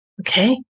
Okay